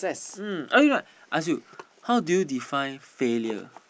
mm oh you not ask you how do you define failure